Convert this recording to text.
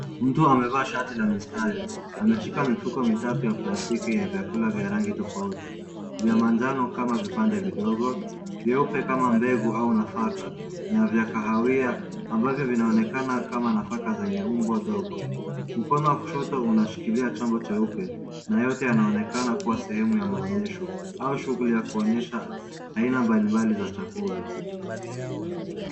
Mtu amevaa shati la mistari, ameshika mifuko mitatu ya plastiki ya vyakula vya rangi tofauti. Vya manjano kama vipande vidogo, vyeupe kama mbegu au nafaka na vya kahawia ambavyo vinaonekana kama nafaka zenye umbo ndogo. Mkono wa kushoto unashikilia chombo cheupe na yote yanaonekana sehemu ya maonyesho au shughuli ya kuonyesha aina mbalimbali za chakula.